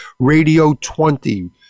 RADIO20